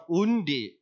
undi